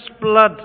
blood